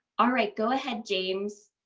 all right, go ahead, james.